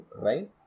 right